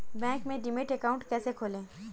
Bank में demat account कैसे खोलें?